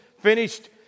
finished